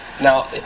Now